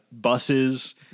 buses